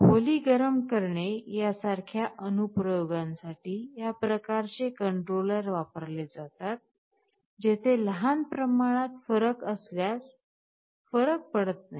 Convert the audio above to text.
खोली गरम करणे यासारख्या अनुप्रयोगांसाठी या प्रकारचे कंट्रोलर वापरले जातात जेथे लहान प्रमाणात फरक असल्यास फरक पडत नाही